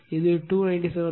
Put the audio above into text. இது 297